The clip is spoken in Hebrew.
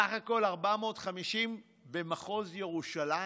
סך הכול 450 במחוז ירושלים.